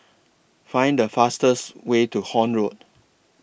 Find The fastest Way to Horne Road